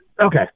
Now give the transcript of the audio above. Okay